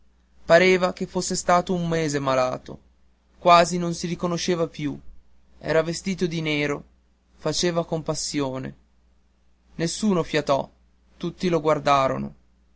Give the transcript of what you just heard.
pareva che fosse stato un mese malato quasi non si riconosceva più era vestito tutto di nero faceva compassione nessuno fiatò tutti lo guardarono